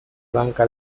banca